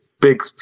big